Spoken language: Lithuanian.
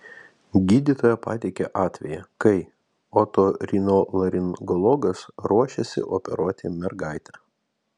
gydytoja pateikė atvejį kai otorinolaringologas ruošėsi operuoti mergaitę